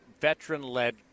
veteran-led